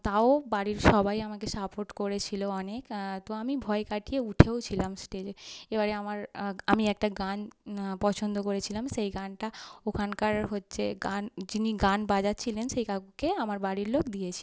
তাও বাড়ির সবাই আমাকে সাপোর্ট করেছিল অনেক তো আমি ভয় কাটিয়ে উঠেওছিলাম স্টেজে এবারে আমার আমি একটা গান পছন্দ করেছিলাম সেই গানটা ওখানকার হচ্ছে গান যিনি গান বাজাচ্ছিলেন সেই কাকুকে আমার বাড়ির লোক দিয়েছিলেন